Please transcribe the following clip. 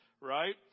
right